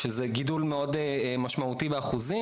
שזה גידול מאוד משמעותי באחוזים,